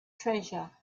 treasure